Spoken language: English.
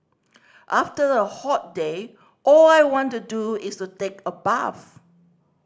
after a hot day all I want to do is a take a bath